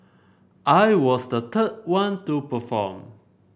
I was the third one to perform